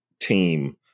team